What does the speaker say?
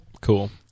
Cool